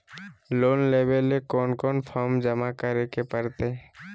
Loan लेवे ले कोन कोन फॉर्म जमा करे परते?